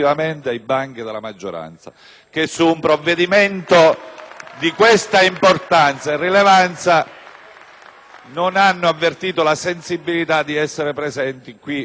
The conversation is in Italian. di questa importanza e rilevanza non ha avvertito la sensibilità di essere presente oggi in Aula per garantire il numero legale.